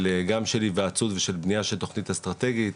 של היוועצות ושל בנייה של תכנית אסטרטגית,